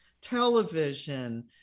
television